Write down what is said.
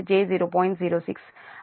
06 అవుతుంది